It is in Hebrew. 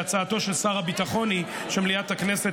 והצעתו של שר הביטחון היא שמליאת הכנסת